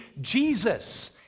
Jesus